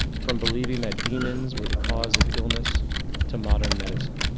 from believing that demons were the cause of illness to modern medicine.